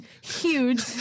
huge